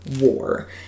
war